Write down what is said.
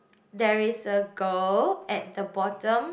there is a girl at the bottom